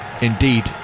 indeed